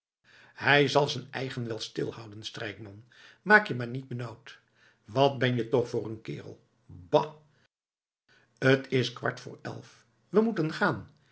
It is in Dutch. hij zal z'n eigen wel stilhouden strijkman maak je maar niet benauwd wat ben jij toch voor een kerel ba t is kwart voor elf we moeten gaan